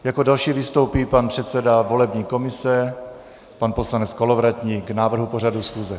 Jako další vystoupí pan předseda volební komise poslanec Kolovratník k návrhu pořadu schůze.